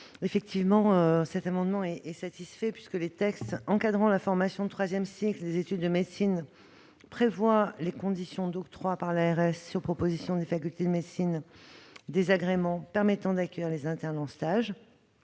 rectifié est effectivement satisfait, puisque les textes encadrant la formation de troisième cycle des études de médecine prévoient les conditions d'octroi par l'ARS, sur proposition des facultés de médecine, des agréments permettant d'accueillir les internes en stage.